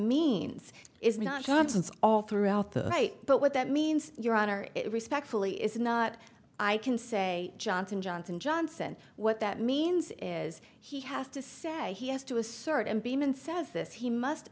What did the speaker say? means is not johnson's all throughout the state but what that means your honor respectfully is not i can say johnson johnson johnson what that means is he has to say he has to assert and demon says this he must